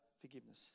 forgiveness